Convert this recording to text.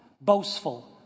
boastful